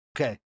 Okay